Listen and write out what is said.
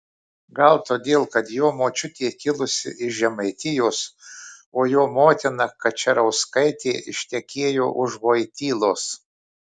gal todėl kad jo močiutė kilusi iš žemaitijos o jo motina kačerauskaitė ištekėjo už vojtylos